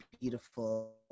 beautiful